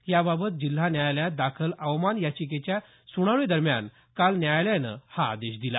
याबाबत जिल्हा न्यायालयात दाखल अवमान याचिकेच्या सुनावणी दरम्यान काल न्यायालयानं हा आदेश दिला